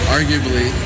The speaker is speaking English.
Arguably